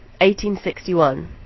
1861